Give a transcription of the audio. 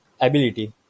ability